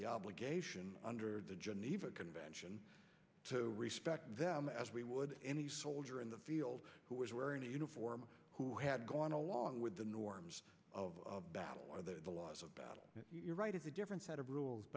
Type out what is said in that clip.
the obligation under the geneva convention to respect them as we would any soldier in the field who was wearing a uniform who had gone along with the norms of battle the laws of battle you're right it's a different set of rules